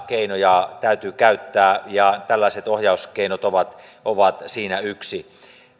keinoja täytyy käyttää ja tällaiset ohjauskeinot ovat ovat siinä yksi